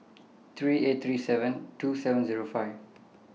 three eight three seven two seven Zero five